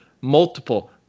multiple